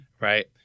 right